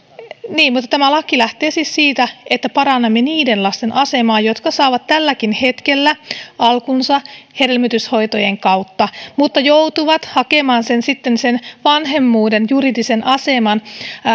niin mutta tämä laki lähtee siis siitä että parannamme niiden lasten asemaa jotka saavat tälläkin hetkellä alkunsa hedelmöityshoitojen kautta mutta joiden vanhempi joutuu hakemaan sen vanhemmuuden juridisen aseman